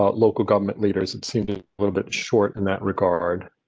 ah local government leaders, it seemed a little bit short in that regard,